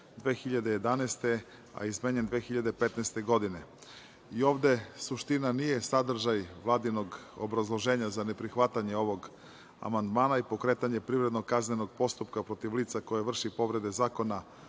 godine a izmenjen 2015. godine. Ovde suština nije sadržaj vladinog obrazloženja za neprihvatanje ovog amandmana i pokretanje privrednog kaznenog postupka protiv lica koje vrši povrede Zakona